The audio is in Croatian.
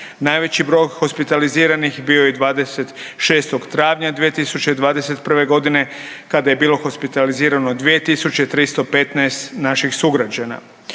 Najveći broj hospitaliziranih bio je 26. travnja 2021. g. kada je bilo hospitalizirano 2315 naših sugrađana.